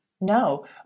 No